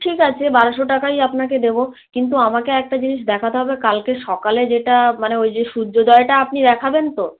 ঠিক আছে বারোশো টাকাই আপনাকে দেবো কিন্তু আমাকে একটা জিনিস দেখাতে হবে কালকে সকালে যেটা মানে ওই যে সূর্যোদয়টা আপনি দেখাবেন তো